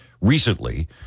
recently